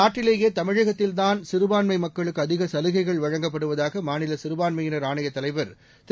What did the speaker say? நாட்டிலேயே தமிழகத்தில்தான் சிறுபான்மை மக்களுக்கு அதிக சலுகைகள் வழங்கப்படுவதாக மாநில சிறுபான்மையினர் ஆணையத் தலைவர் திரு